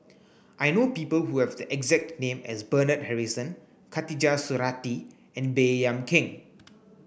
I know people who have the exact name as Bernard Harrison Khatijah Surattee and Baey Yam Keng